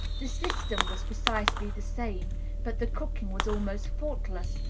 the system was precisely the same but the cooking was almost faultless,